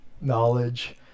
knowledge